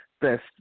best